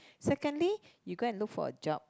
secondly you go and look for a job